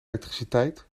elektriciteit